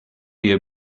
you